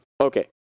Okay